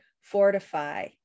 fortify